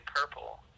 purple